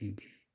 ꯑꯩꯒꯤ